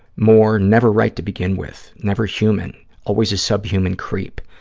more never right to begin with, never human, always a subhuman creep,